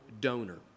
donor